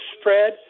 spread